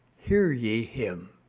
hear ye him.